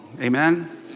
Amen